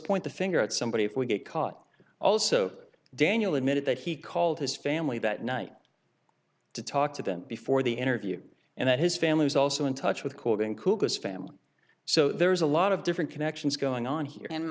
point the finger at somebody if we get caught also daniel admitted that he called his family that night to talk to them before the interview and that his family was also in touch with quoting cooper's family so there's a lot of different connections going on here